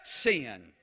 sin